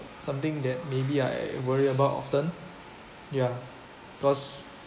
something that maybe I worry about often ya because